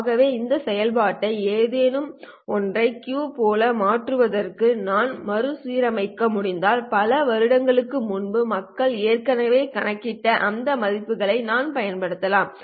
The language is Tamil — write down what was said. ஆகவே இந்த செயல்பாட்டை ஏதேனும் ஒன்றை Q போல மாற்றுவதற்கு நான் மறுசீரமைக்க முடிந்தால் பல ஆண்டுகளுக்கு முன்பு மக்கள் ஏற்கனவே கணக்கிட்ட அந்த மதிப்புகளை நான் பயன்படுத்தலாம்